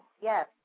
Yes